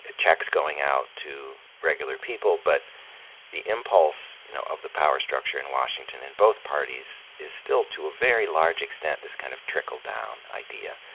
ah checks going out to regular people. but the impulse you know of the power structure in washington, in both parties, is still to a very large extent this kind of trickle-down idea.